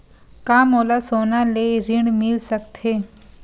का मोला सोना ले ऋण मिल सकथे?